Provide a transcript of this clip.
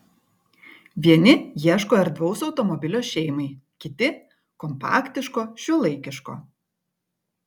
vieni ieško erdvaus automobilio šeimai kiti kompaktiško šiuolaikiško